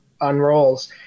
unrolls